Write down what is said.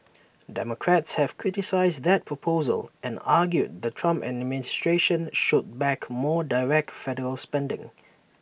democrats have criticised that proposal and argued the Trump administration should back more direct federal spending